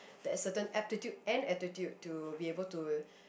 that certain aptitude and attitude to be able to